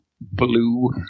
blue